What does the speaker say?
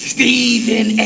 Stephen